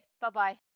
Bye-bye